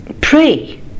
pray